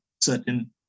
certain